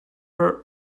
her